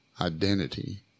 identity